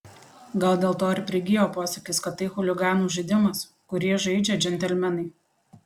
gal dėl to ir prigijo posakis kad tai chuliganų žaidimas kurį žaidžia džentelmenai